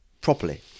properly